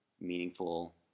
meaningful